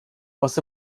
was